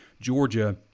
Georgia